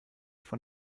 von